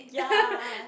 yea